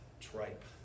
tripe